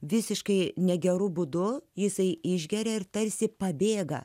visiškai negerų būdu jisai išgeria ir tarsi pabėga